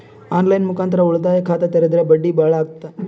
On line ಮುಖಾಂತರ ಉಳಿತಾಯ ಖಾತ ತೇರಿದ್ರ ಬಡ್ಡಿ ಬಹಳ ಅಗತದ?